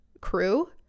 crew